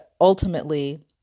ultimately